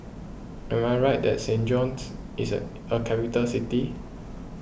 am I right that Saint John's is a capital city